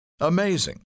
Amazing